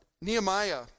Nehemiah